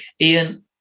Ian